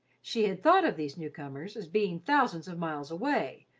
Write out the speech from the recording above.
she had thought of these new-comers as being thousands of miles away,